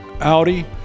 Audi